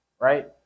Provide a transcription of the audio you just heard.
right